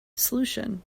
solution